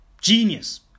Genius